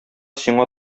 сиңа